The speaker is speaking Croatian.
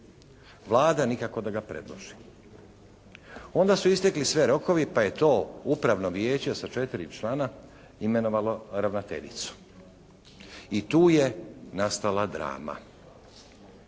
Vlada nikako da ga predloži. Onda su istekli svi rokovi pa je to Upravno vijeće sa četiri člana imenovalo ravnateljicu. I tu je nastala drama.